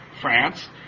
France